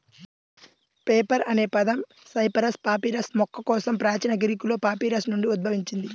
paper అనే పదం Cyperus papyrus మొక్క కోసం ప్రాచీన గ్రీకులో పాపిరస్ నుండి ఉద్భవించింది